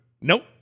Nope